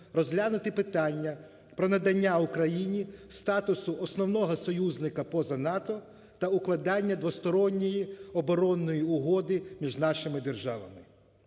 розглянути питання про надання Україні статусу "основного союзника поза НАТО" та укладання двосторонньої оборонної угоди між нашими державами.